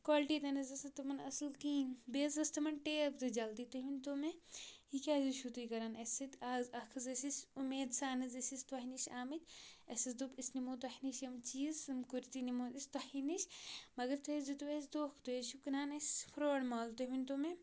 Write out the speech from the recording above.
quality تہِ نہٕ حظ ٲس نہٕ تمَن اَصٕل کِہیٖنۍ بیٚیہِ حظ ٲس تِمَن ٹیب تہِ جلدی تُہۍ ؤنۍ تو مےٚ یہِ کیٛازِ حظ چھُو تُہۍ کَران اَسہِ سۭتۍ آز اَکھ حظ ٲسۍ أسۍ اُمید سان حظ ٲسۍ أسۍ تۄہہِ نِش آمٕتۍ اَسہِ حظ دوٚپ أسۍ نِمو تۄہہِ نِش یِم چیٖز یِم کُرتی نِمو أسۍ تۄہی نِش مگر تُہۍ حظ دِتو اَسہِ دھوکہٕ تُہۍ حظ چھِو کٕنان اَسہِ فرٛاڈ مال تُہۍ ؤنۍ تو مےٚ